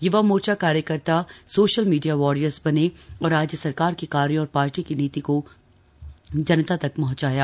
य्वा मोर्चा कार्यकर्ता सोशल मीडिया वॉरियर्स बनें और राज्य सरकार के कार्यों और पार्टी की नीति को जनता तक पहुंचाएं